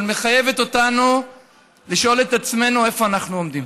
אבל מחייבת אותנו לשאול את עצמנו איפה אנחנו עומדים.